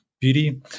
beauty